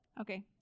okay